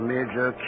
Major